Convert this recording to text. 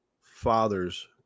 father's